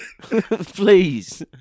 Please